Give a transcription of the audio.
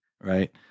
right